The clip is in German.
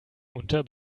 unter